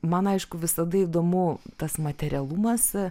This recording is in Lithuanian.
man aišku visada įdomu tas materialumas